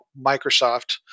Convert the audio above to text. Microsoft